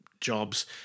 jobs